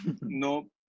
No